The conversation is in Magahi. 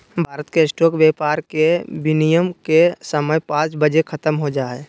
भारत मे स्टॉक व्यापार के विनियम के समय पांच बजे ख़त्म हो जा हय